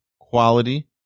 quality